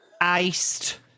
Iced